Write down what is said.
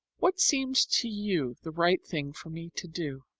what seems to you the right thing for me to do?